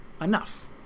enough